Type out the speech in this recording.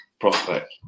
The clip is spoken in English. prospect